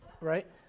Right